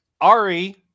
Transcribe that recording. Ari